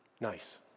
nice